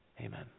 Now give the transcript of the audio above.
Amen